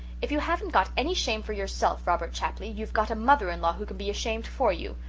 if you haven't got any shame for yourself, robert chapley, you've got a mother-in-law who can be ashamed for you.